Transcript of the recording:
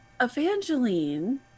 Evangeline